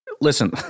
Listen